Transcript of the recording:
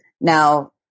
Now